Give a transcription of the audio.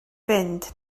fynd